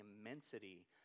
immensity